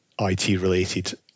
IT-related